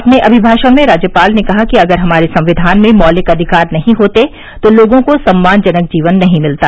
अपने अभिभाषण में राज्यपाल ने कहा कि अगर हमारे संविधान में मौलिक अधिकार नहीं होते तो लोगों को सम्मानजनक जीवन नहीं मिलता